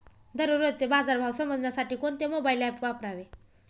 दररोजचे बाजार भाव समजण्यासाठी कोणते मोबाईल ॲप वापरावे?